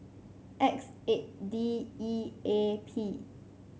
X eight D E A P